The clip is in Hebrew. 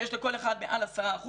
שיש לכל אחד מעל 10%,